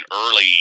early